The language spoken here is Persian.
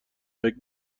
فکر